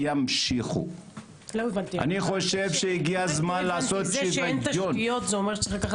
רק לסבר את